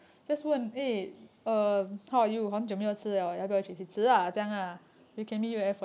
okay